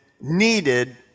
needed